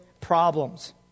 problems